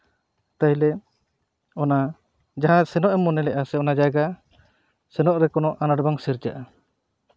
ᱛᱟᱦᱚ ᱞᱮ ᱚᱱᱟ ᱡᱟᱦᱟᱸ ᱥᱮᱱᱚᱜ ᱮᱢ ᱢᱚᱱᱮ ᱞᱮᱜᱼᱟ ᱥᱮ ᱚᱱᱟ ᱡᱟᱭᱜᱟ ᱥᱮᱱᱚᱜ ᱨᱮ ᱠᱚᱱᱳ ᱟᱱᱟᱴ ᱵᱟᱝ ᱥᱤᱨᱡᱟᱹᱜᱼᱟ